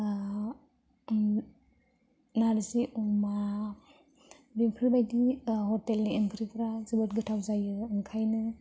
नारजि अमा बेफोरबायदि हटेलनि ओंख्रिफ्रा जोबोद गोथाव जायो ओंखायनो